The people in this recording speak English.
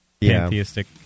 pantheistic